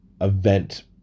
event